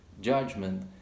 judgment